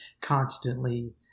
constantly